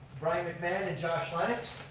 brian mcmahan and josh lennox